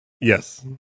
Yes